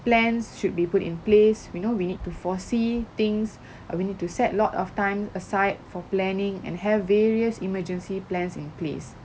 plans should be put in place we know we need to foresee things or we need to set a lot of time aside for planning and have various emergency plans in place